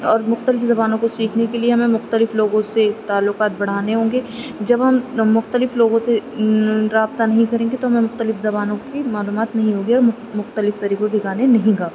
اور مختلف زبانوں کو سیکھنے کے لیے ہمیں مختلف لوگوں سے تعلقات بڑھانے ہوں گے جب ہم مختلف لوگوں سے رابطہ نہیں کریں گے تو ہمیں مختلف زبانوں کی معلومات نہیں ہوگی اور مختلف طریقوں کے گانے نہیں گا